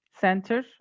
Center